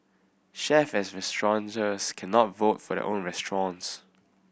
chef and restaurateurs cannot vote for the own restaurants